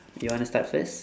you want to start first